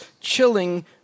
chilling